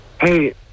Hey